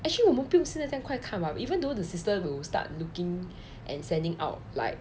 actually 我们不用现在这样快看吧 even though the system will start looking and sending out like